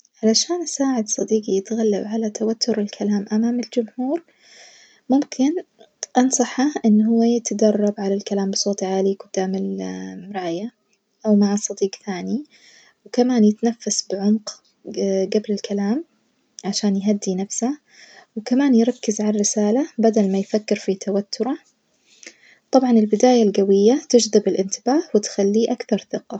علشان أساعد صديجي يتغلب على توتر الكلام أمام الجمهور ممكن أنصحه إن هو يتدرب على الكلام بصوت عالي جدام المرايا أو مع صديج تاني، وكمان يتنفس بعمق ج جبل الكلام عشان يهدي نفسه وكمان يركز على الرسالة بدل ما يفكر في توتره، طبعًا البداية الجوية تجذب الإنتباه وتخليه أكثر ثقة.